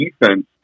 defense